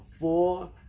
four